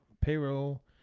payroll